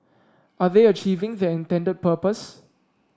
are they achieving their intended purpose